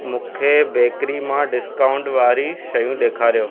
मूंखे बेकरी मां डिस्काऊंट वारी शयूं ॾेखारियो